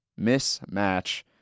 mismatch